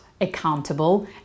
accountable